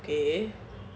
okay